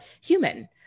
human